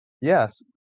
yes